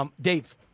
Dave